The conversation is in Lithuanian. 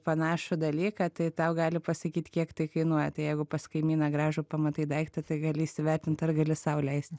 panašų dalyką tai tau gali pasakyt kiek tai kainuoja tai jeigu pas kaimyną gražų pamatai daiktą tai gali įsivertint ir gali sau leist